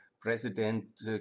president